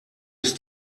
ist